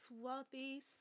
wealthy